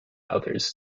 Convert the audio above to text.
others